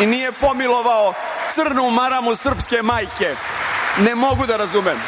i nije pomilovao crnu maramu srpske majke, ne mogu da razumem.